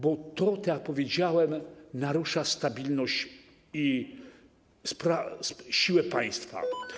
Bo to, tak jak powiedziałem, narusza stabilność i siłę państwa.